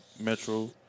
Metro